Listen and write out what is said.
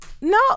No